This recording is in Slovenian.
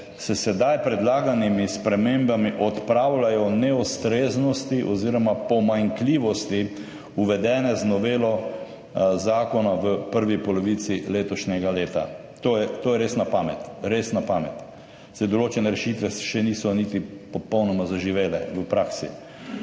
s sedaj predlaganimi spremembami odpravljajo neustreznosti oziroma pomanjkljivosti, uvedene z novelo zakona v prvi polovici letošnjega leta. To je res na pamet. Res na pamet, saj določene rešitve v praksi še niso niti popolnoma zaživele.